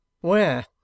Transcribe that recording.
Where